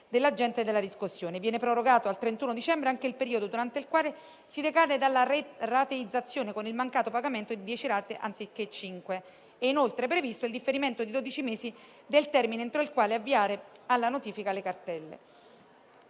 dell'agente della riscossione. Viene prorogato al 31 dicembre anche il periodo durante il quale si decade dalla rateizzazione (con il mancato pagamento di dieci rate anziché cinque). È inoltre previsto il differimento di dodici mesi del termine entro il quale avviare alla notifica le cartelle.